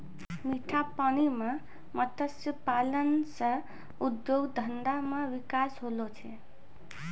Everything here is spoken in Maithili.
मीठा पानी मे मत्स्य पालन से उद्योग धंधा मे बिकास होलो छै